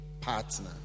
partner